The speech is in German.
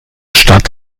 stadt